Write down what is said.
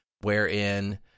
wherein